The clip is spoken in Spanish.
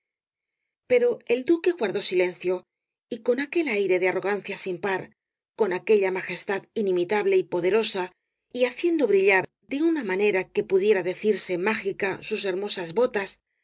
pero el duque guardó silencio y con aquel aire de arrogancia sin par con aquella majestad inimitable y poderosa y haciendo brillar de una manera que pudiera decirse mágica sus hermosas botas atravesó